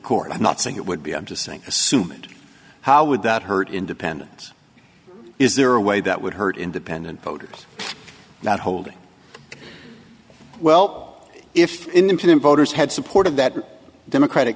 court i'm not saying it would be i'm just saying assume and how would that hurt independence is there a way that would hurt independent voters not holding well if the independent voters had supported that democratic